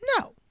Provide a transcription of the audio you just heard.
No